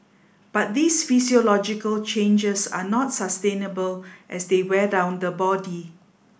but these physiological changes are not sustainable as they wear down the body